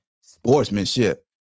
Sportsmanship